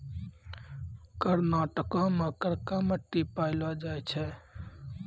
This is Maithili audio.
कर्नाटको मे करका मट्टी पायलो जाय छै